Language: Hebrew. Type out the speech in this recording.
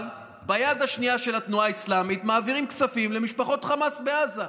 אבל ביד השנייה של התנועה האסלאמית מעבירים כספים למשפחות חמאס בעזה.